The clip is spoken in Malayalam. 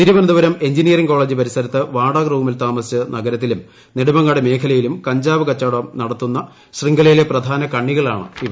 തിരുവനന്തപുരം എൻജിനിയറിങ് കോളേജ് പരിസരത്ത് വാടക റൂമിൽ താമസിച്ചു നഗരത്തിലും നെടുമങ്ങാട് മേഖലയിലും കഞ്ചാവ് കച്ചവടം നടത്തുന്ന ശൃംഖലയിലെ പ്രധാന കണ്ണികളാണ് ഇവർ